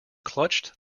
clutched